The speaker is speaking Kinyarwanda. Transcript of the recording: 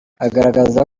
agaragaza